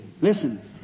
Listen